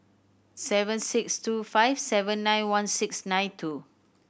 seven six two five seven nine one six nine two